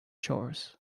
shores